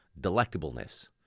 delectableness